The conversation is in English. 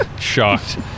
Shocked